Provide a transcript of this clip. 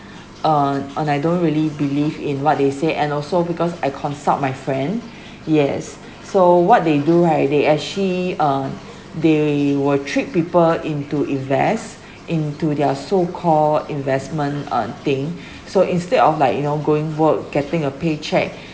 uh and I don't really believe in what they say and also because I consult my friend yes so what they do right they actually on they will trick people into invest into their so call investment uh thing so instead of like you know going work getting a paycheck